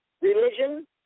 Religion